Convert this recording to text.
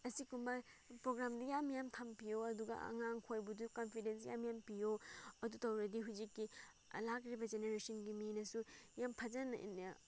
ꯑꯁꯤꯒꯨꯝꯕ ꯄ꯭ꯔꯣꯒ꯭ꯔꯥꯝꯗꯤ ꯌꯥꯝ ꯌꯥꯝ ꯊꯝꯕꯤꯌꯣ ꯑꯗꯨꯒ ꯑꯉꯥꯡꯈꯣꯏꯕꯨꯗꯨ ꯀꯟꯐꯤꯗꯦꯟꯁ ꯌꯥꯝ ꯌꯥꯝ ꯄꯤꯌꯣ ꯑꯗꯨ ꯇꯧꯔꯗꯤ ꯍꯧꯖꯤꯛꯀꯤ ꯂꯥꯛꯂꯤꯕ ꯖꯦꯅꯦꯔꯦꯁꯟꯒꯤ ꯃꯤꯅꯁꯨ ꯌꯥꯝ ꯐꯖꯅ